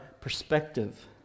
perspective